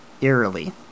Eerily